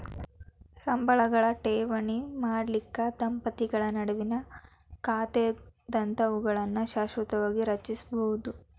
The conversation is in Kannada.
ಸಂಬಳ ಠೇವಣಿ ಮಾಡಲಿಕ್ಕೆ ದಂಪತಿಗಳ ನಡುವಿನ್ ಖಾತಾದಂತಾವುಗಳನ್ನ ಶಾಶ್ವತವಾಗಿ ರಚಿಸ್ಬೋದು